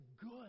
good